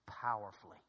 powerfully